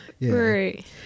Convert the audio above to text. Right